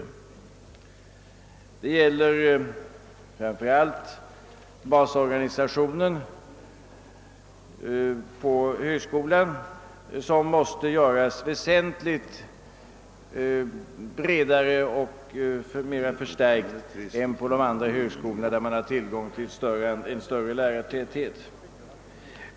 Dei gäller både basorganisationen på högskolan, som måste göras väsentligt bredare och mera förstärkt än på de andra högskolorna, där man har tillgång till en större lärartäthet.